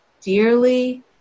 dearly